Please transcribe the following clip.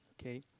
Okay